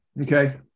Okay